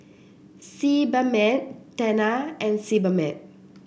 Sebamed Tena and Sebamed